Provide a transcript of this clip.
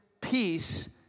peace